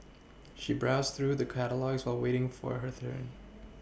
she browsed through the catalogues while waiting for her turn